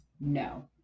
No